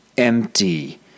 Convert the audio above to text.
empty